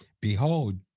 behold